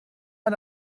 man